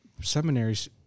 seminaries